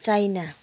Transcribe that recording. China